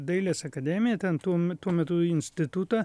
dailės akademiją ten tuo m tuo metu institutą